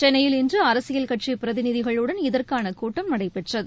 சென்னையில் இன்று அரசியல் கட்சி பிரதிநிதிகளுடன் இதற்கான கூட்டம் நடைபெற்றது